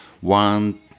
one